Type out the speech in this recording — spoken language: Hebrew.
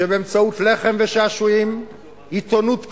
שבאמצעות לחם ושעשועים, עיתונות קנויה,